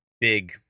big